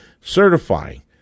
certifying